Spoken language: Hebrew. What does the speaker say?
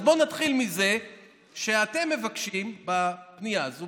אז בואו נתחיל מזה שאתם מבקשים בפנייה הזאת,